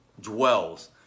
dwells